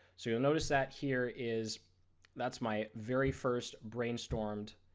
so you will notice that here is that's my very first brain storm,